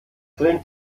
trink